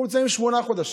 אנחנו נמצאים שמונה חודשים,